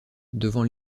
devant